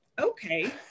okay